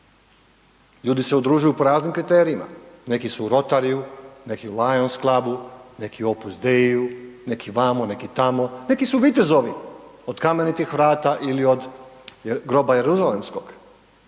Ljudi se udružuju po raznim kriterijima. Neki su u Rotaryju, neki u Lions Clubu, neki u Opus Dei-u, neki vamo, neki tamo, neki su vitezovi, od Kamenitih vrata ili od Groba Jeruzalemskog,